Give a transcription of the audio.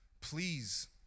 please